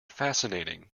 fascinating